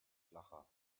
flacher